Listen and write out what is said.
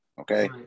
okay